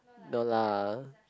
no lah